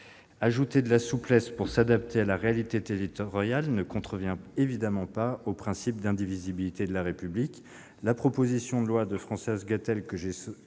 Ajouter de la souplesse pour s'adapter à la réalité territoriale ne contrevient évidemment pas au principe d'indivisibilité de la République.